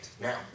Now